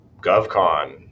GovCon